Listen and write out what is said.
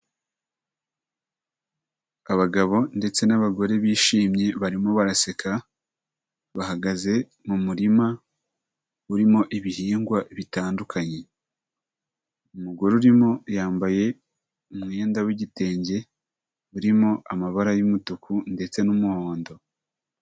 Abagabo ndetse n'abagore bishimye barimo baraseka, bahagaze mu murima urimo ibihingwa bitandukanye, umugore urimo yambaye umwenda w'igitenge urimo amabara y'umutuku ndetse n'umuhondo.